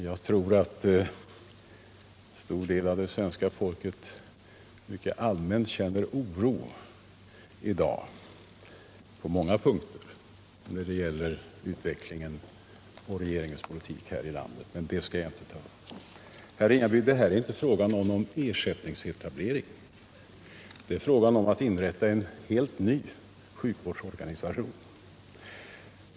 Jag tror att en stor del av svenska folket känner en stor oro i dag när det gäller utvecklingen och regeringens politik, men jag skall inte ta upp det. Herr Ringaby! Det här är inte fråga om någon ersättningsetablering. Det är fråga om att inrätta en helt ny sjukvårdsorganisation.